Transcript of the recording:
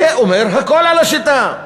זה אומר הכול על השיטה.